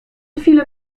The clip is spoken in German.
viele